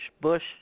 Bush